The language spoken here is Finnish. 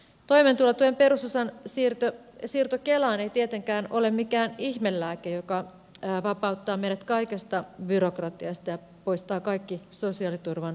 toimeentulotuen perusosan siirto kelaan ei tietenkään ole mikään ihmelääke joka vapauttaa meidät kaikesta byrokratiasta ja poistaa kaikki sosiaaliturvan aukot